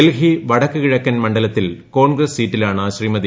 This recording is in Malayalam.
ഡൽഹി വടക്ക് കിഴക്കൻ മണ്ഡലത്തിൽ കോൺഗ്രസ് സീറ്റിലാണ് ശ്രീമതി